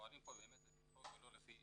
פועלים פה באמת לפי חוק ולא לפי